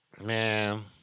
Man